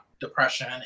depression